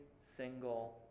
single